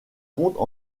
comptes